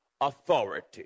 authority